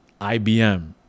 IBM